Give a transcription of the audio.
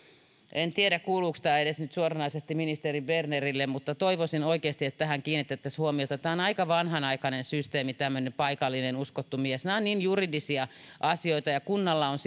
en tiedä kuuluuko tämä edes nyt suoranaisesti ministeri bernerille mutta toivoisin oikeasti että tähän kiinnitettäisiin huomiota tämä on aika vanhanaikainen systeemi tämmöinen paikallinen uskottu mies nämä ovat niin juridisia asioita ja kunnalla on